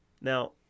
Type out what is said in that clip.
Now